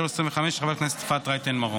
פ/4233/25, של חברת הכנסת אפרת רייטן מרום.